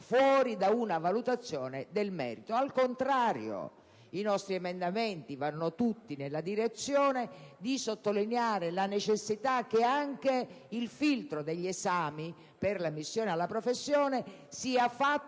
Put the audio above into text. fuori da una valutazione del merito. Al contrario: i nostri emendamenti vanno tutti nella direzione di sottolineare la necessità che anche il filtro degli esami per l'ammissione alla professione sia tale